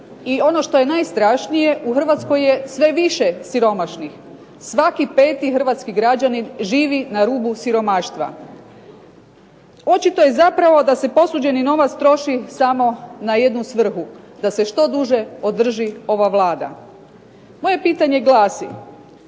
i ono što je najstrašnije, u Hrvatskoj je sve više siromašnih. Svaki peti hrvatski građani živi na rubu siromaštva. Očito je zapravo da se posuđeni novac troši samo na jednu svrhu, da se što duže održi ova Vlada. Moje pitanje glasi,